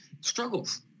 struggles